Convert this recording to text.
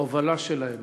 ההובלה שלהם,